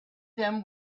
them